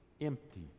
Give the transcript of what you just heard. empty